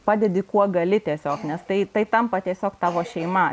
padedi kuo gali tiesiog nes tai tampa tiesiog tavo šeima